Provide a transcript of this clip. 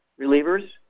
relievers